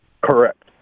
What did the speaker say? Correct